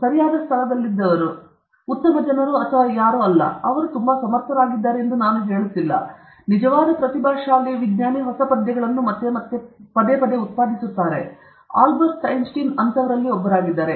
ಸರಿಯಾದ ಸ್ಥಳದಲ್ಲಿದ್ದವರು ಉತ್ತಮ ಜನರು ಅಥವಾ ಯಾವುದೋ ಅಲ್ಲ ಅವರು ತುಂಬಾ ಸಮರ್ಥರಾಗಿದ್ದಾರೆ ಎಂದು ನಾನು ಹೇಳುತ್ತಿಲ್ಲ ಆದರೆ ನಿಜವಾದ ಪ್ರತಿಭಾಶಾಲಿ ಹೊಸ ಪದ್ಯಗಳನ್ನು ಮತ್ತೆ ಪದೇ ಪದೇ ಉತ್ಪಾದಿಸುತ್ತಾನೆ ಆಲ್ಬರ್ಟ್ ಐನ್ಸ್ಟೈನ್ ಒಂದಾಗಿರುತ್ತಾನೆ